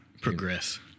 progress